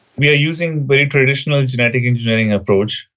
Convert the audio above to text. we are using a very traditional genetic engineering approach,